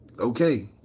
Okay